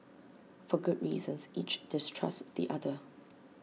for good reasons each distrusts the other